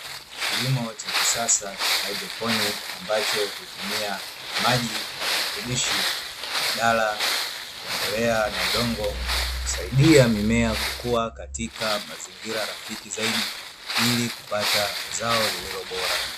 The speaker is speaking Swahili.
Kilimo cha kisasa cha haidroponi ambacho hutumia maji na virutubishi badala ya mbolea na udongo, husaidia mimea kukua katika mazingira rafiki zaidi ili kupata zao lililo bora.